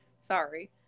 sorry